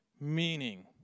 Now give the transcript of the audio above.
meaning